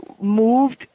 moved